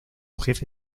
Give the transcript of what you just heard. jefe